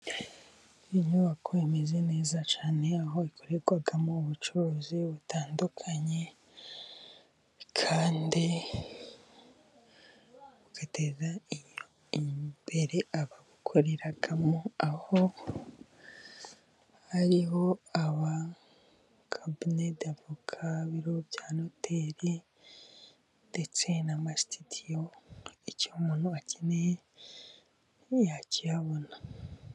Iyi nyubako imeze neza cyane, aho ikorerwamo ubucuruzi butandukanye, kandi bugateza imbere ababukoreramo, aho hariho aba kabine davoka, ibiro bya noteri, ndetse n'ama sitidiyo, icyo umuntu akeneye yakihabona.